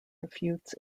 refutes